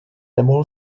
nemohl